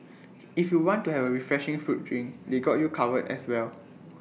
if you want to have A refreshing fruit drink they got you covered as well